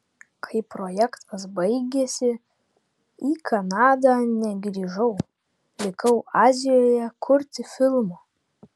kai projektas baigėsi į kanadą negrįžau likau azijoje kurti filmo